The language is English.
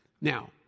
Now